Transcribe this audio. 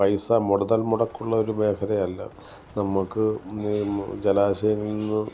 പൈസ മുതൽമുടക്കുള്ള ഒരു മേഖലയല്ല നമുക്ക് ഈ ജലാശയങ്ങളിൽനിന്ന്